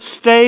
stay